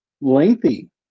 lengthy